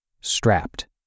strapped